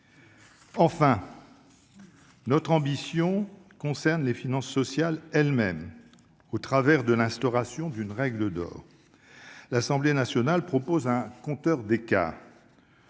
Enfin, notre ambition concerne les finances sociales elles-mêmes, au travers de l'instauration d'une règle d'or. L'Assemblée nationale propose un compteur des écarts.